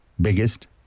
biggest